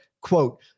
Quote